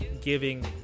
giving